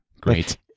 Great